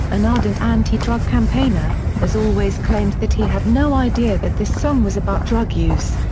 an ardent anti-drug campaigner, has always claimed that he had no idea that this song was about drug use.